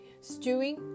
Stewing